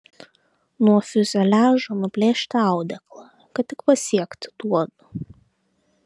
nuo fiuzeliažo nuplėšti audeklą kad tik pasiekti tuodu